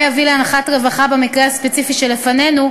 יביא לאנחת רווחה במקרה הספציפי שלפנינו,